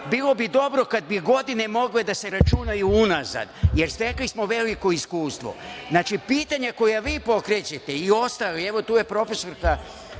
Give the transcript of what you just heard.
bilo bi dobro kada bi godine mogle da se računaju unazad, jer stekli smo veliko iskustvo. Znači, pitanja koja vi pokrećete i ostali, evo tu je profesorka